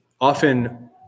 often